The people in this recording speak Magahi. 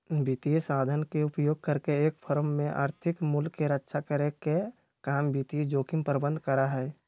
वित्तीय साधन के उपयोग करके एक फर्म में आर्थिक मूल्य के रक्षा करे के काम वित्तीय जोखिम प्रबंधन करा हई